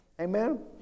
amen